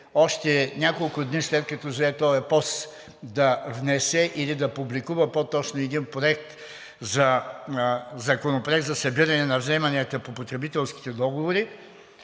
още няколко дни след като зае този пост да внесе или да публикува по-точно един Законопроект за събиране на вземанията, като потребителски договори,